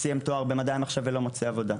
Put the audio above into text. סיים תואר במדעי המחשב ולא מוצא עבודה.